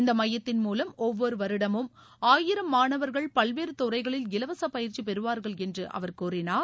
இந்த எமயத்தின் மூலம் ஒவ்வொரு வருடமும் ஆயிரம் மாணவர்கள் பல்வேறு துறைகளில் இலவச பயிற்சி பெறுவார்கள் என்று அவர் கூறினார்